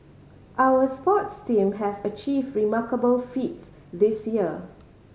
our sports team have achieved remarkable feats this year